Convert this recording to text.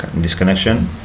disconnection